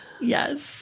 yes